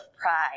pride